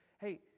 hey